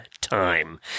time